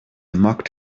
mocked